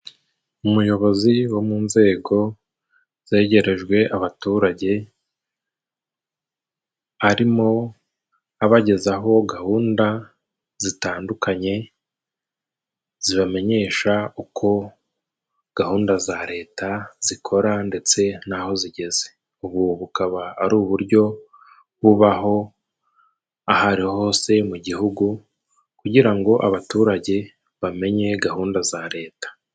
Umuyobozi wo mu nzego zegerejwe abaturage arimo abagezaho gahunda zitandukanye zibamenyesha uko gahunda za Leta zikora ndetse n'aho zigeze. Ubu bukaba ari uburyo bubaho aho ariho hose mu gihugu, kugira ngo abaturage bamenye gahunda za Leta.